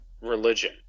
religion